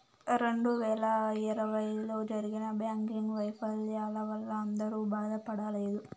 రెండు వేల ఇరవైలో జరిగిన బ్యాంకింగ్ వైఫల్యాల వల్ల అందరూ బాధపడలేదు